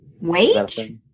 wage